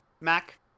Mac